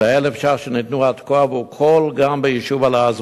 ל-1,000 ש"ח שניתנו עד כה עבור כל גן ביישוב אל-עזאזמה.